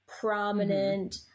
prominent